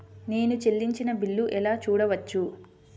నేను చెల్లించిన బిల్లు ఎలా చూడవచ్చు?